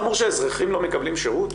שאזרחים לא מקבלים שירות?